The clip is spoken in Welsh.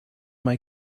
mae